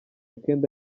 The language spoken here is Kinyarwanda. akenda